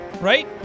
Right